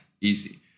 Easy